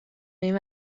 این